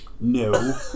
No